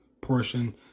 portion